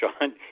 John